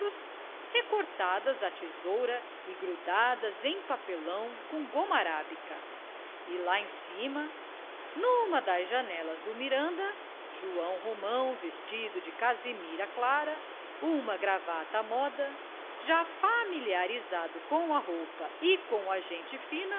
recortadas a tesoura e grudadas em papelão com goma-arábica e lá em cima numa das janelas do miranda joão romão vestido de casimira clara uma gravata à moda já familiarizado com a roupa e com a gente fina